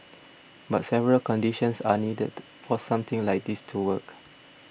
but several conditions are needed for something like this to work